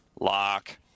Lock